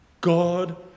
God